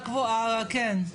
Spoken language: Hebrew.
כן.